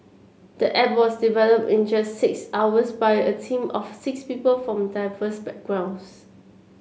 the app was developed in just six hours by a team of six people from diverse backgrounds